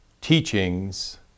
teachings